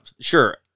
Sure